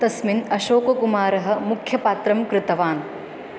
तस्मिन् अशोककुमारः मुख्यपात्रं कृतवान्